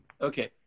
Okay